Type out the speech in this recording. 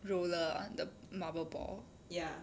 roller ah the marble ball